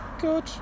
good